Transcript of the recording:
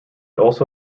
also